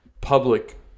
public